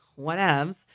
whatevs